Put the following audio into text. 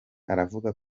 aravuga